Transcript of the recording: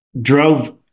Drove